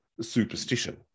superstition